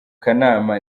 kanama